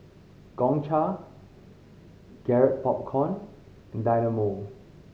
Gongcha Garrett Popcorn and Dynamo